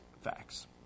facts